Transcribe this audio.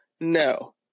no